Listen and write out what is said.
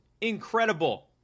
incredible